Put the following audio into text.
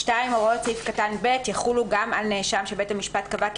(2)הוראות סעיף קטן (ב) יחולו גם על נאשם שבית המשפט קבע כי